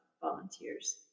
volunteers